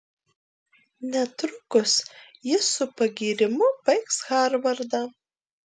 netrukus jis su pagyrimu baigs harvardą